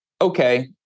okay